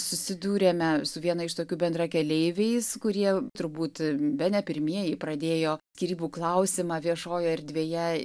susidūrėme su viena iš tokių bendrakeleiviais kurie turbūt bene pirmieji pradėjo skyrybų klausimą viešojoj erdvėje